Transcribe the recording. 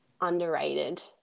underrated